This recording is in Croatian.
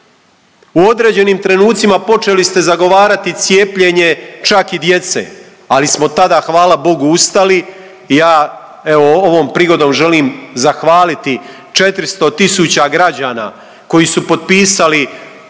U određenim trenucima počeli ste zagovarati cijepljenje čak i djece, ali smo tada hvala Bogu ustali i ja evo ovom prigodom želim zahvaliti 400 tisuća građana koji su potpisali